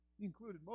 included